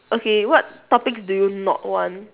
okay what topics do you not want